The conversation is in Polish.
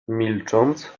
milcząc